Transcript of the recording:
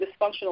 dysfunctional